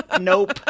nope